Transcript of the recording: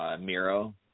Miro